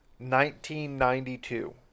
1992